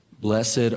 blessed